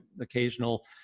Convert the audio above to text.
occasional